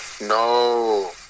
No